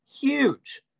Huge